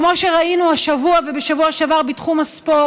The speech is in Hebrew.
כמו שראינו השבוע ובשבוע שעבר בתחום הספורט,